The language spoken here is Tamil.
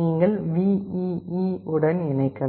நீங்கள் VEE உடன் இணைக்கலாம்